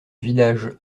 village